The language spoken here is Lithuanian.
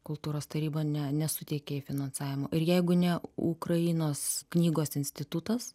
kultūros taryba ne nesuteikė jai finansavimo ir jeigu ne ukrainos knygos institutas